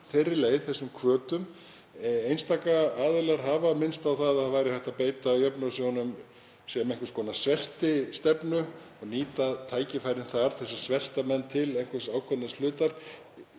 þeirri leið, þessum hvötum. Einstaka aðilar hafa minnst á að hægt væri að beita jöfnunarsjóðnum sem einhvers konar sveltistefnu og nýta tækifærin þar til að svelta menn til einhvers ákveðins hlutar.